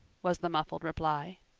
was the muffled reply.